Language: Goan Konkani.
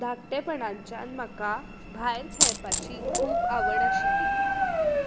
धाकटेपणाच्यान म्हाका भायर खेळपाची खूब आवड आशिल्ली